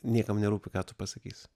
niekam nerūpi ką tu pasakysi